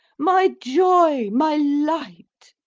my joy, my light.